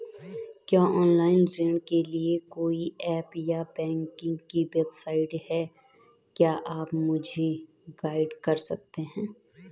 क्या ऑनलाइन ऋण के लिए कोई ऐप या बैंक की वेबसाइट है क्या आप मुझे गाइड कर सकते हैं?